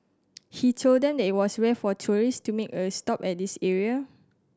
he told them that it was rare for tourist to make a stop at this area